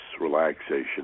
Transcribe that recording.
relaxation